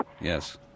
Yes